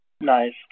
Nice